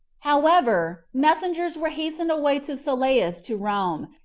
however, messengers were hasted away to sylleus to rome,